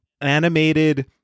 animated